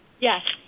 Yes